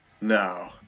No